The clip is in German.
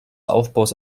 aufbaus